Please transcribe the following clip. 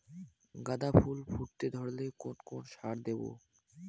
গাদা ফুল ফুটতে ধরলে কোন কোন সার দেব?